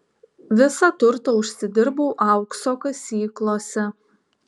visą turtą užsidirbau aukso kasyklose